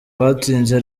batsinze